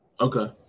Okay